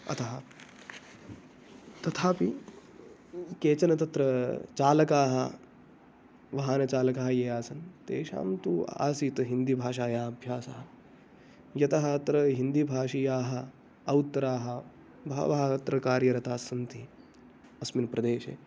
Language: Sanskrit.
अतः तथापि केचन तत्र चालकाः वाहनचालकाः ये आसन् तेषां तु आसीत् हिन्दिभाषायाः अभ्यासः यतः अत्र हिन्दीभाषीयाः औत्राः बहवः अत्र कार्यरताः सन्ति अस्मिन् प्रदेशे